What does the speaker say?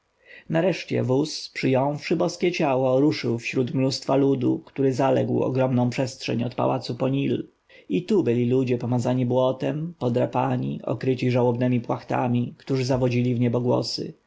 nareszcie wóz przyjąwszy boskie ciało ruszył wśród mnóstwa ludu który zaległ ogromną przestrzeń od pałacu do nilu i tu byli ludzie pomazani błotem podrapani okryci żałobnemi płachtami którzy zawodzili w niebogłosy